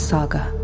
Saga